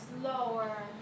slower